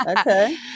Okay